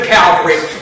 Calvary